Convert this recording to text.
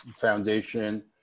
foundation